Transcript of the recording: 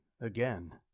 again